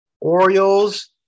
Orioles